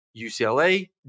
UCLA